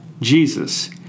Jesus